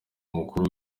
mukuru